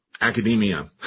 academia